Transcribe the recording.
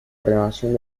renovación